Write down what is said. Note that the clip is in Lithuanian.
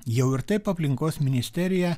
jau ir taip aplinkos ministerija